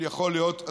יכול להיות.